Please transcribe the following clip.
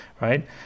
right